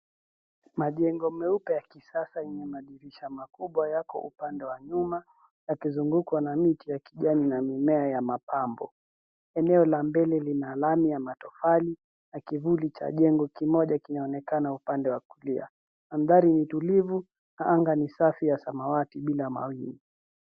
Majengo meupe ya kisasa yenye madirisha makubwa yako upande wa nyuma yakizungukwa na miti ya kijani na mimea ya mapambo eneo la mbele lina lami ya tofali na kivuli cha jengo kimoja kinaonekana upande wa kulia mandhari ni tulivu na anga ni safi ya samwati bila mawingu.